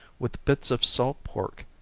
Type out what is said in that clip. with bits of salt pork,